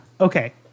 Okay